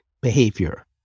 behavior